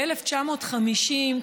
ב-1950,